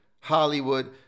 Hollywood